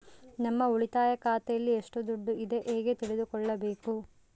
ನಮ್ಮ ಉಳಿತಾಯ ಖಾತೆಯಲ್ಲಿ ಎಷ್ಟು ದುಡ್ಡು ಇದೆ ಹೇಗೆ ತಿಳಿದುಕೊಳ್ಳಬೇಕು?